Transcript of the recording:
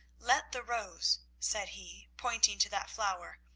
let the rose, said he, pointing to that flower,